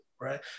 right